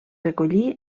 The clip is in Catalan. recollí